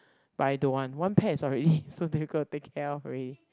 but I don't want one pet is already so difficult to take care of already